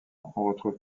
retrouve